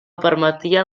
permetien